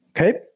Okay